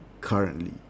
currently